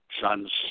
son's